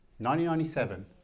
1997